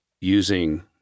using